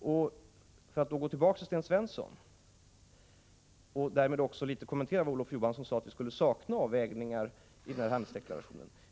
Jag går nu tillbaka till Sten Svensson och kommenterar samtidigt Olof Johanssons uttalande att det saknas avvägningar i handelsdeklarationen.